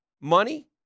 money